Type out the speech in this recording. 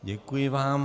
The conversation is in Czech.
Děkuji vám.